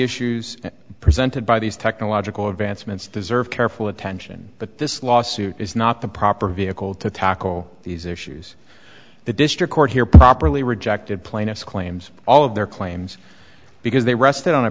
issues presented by these technological advancements deserve careful attention but this lawsuit is not the proper vehicle to tackle these issues the district court here properly rejected plaintiff's claims all of their claims because they rested on a